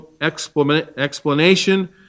explanation